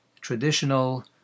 traditional